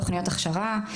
תוכניות הכשרה,